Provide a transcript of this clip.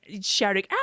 shouting